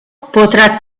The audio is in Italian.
potrà